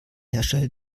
hersteller